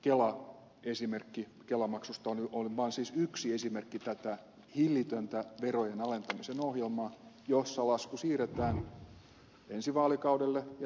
tämä esimerkki kelamaksusta on vain siis yksi esimerkki tätä hillitöntä verojen alentamisen ohjelmaa jossa lasku siirretään ensi vaalikaudelle ja seuraaville sukupolville maksettavaksi